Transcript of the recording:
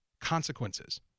consequences